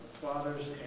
Fathers